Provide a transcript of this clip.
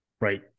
right